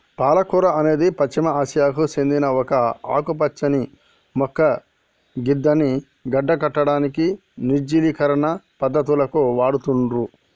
పాలకూర అనేది పశ్చిమ ఆసియాకు సేందిన ఒక ఆకుపచ్చని మొక్క గిదాన్ని గడ్డకట్టడం, నిర్జలీకరణ పద్ధతులకు వాడుతుర్రు